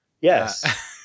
Yes